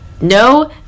No